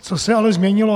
Co se ale změnilo?